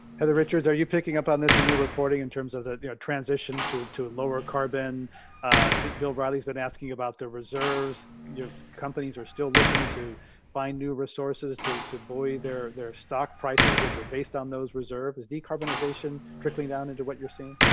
heather richards, are you picking up on this in your reporting in terms of the the transition to to lower carbon? ah bill riley's been asking about the reserves you know companies are still looking to find new resources to to buoy their their stock prices, which are based on those reserves is decarbonization trickling down into what you're seeing